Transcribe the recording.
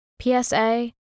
PSA